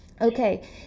Okay